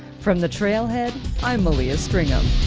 from the trailhead i'm malia stringham.